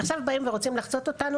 עכשיו באים ורוצים לחצות אותנו,